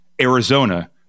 Arizona